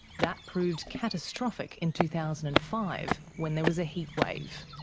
that proved catastrophic in two thousand and five when there was a heatwave.